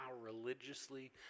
religiously